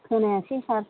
खोनायासै सार